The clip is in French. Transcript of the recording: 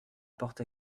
porte